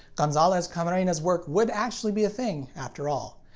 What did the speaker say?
gonzalez camerena's work would actually be a thing after all.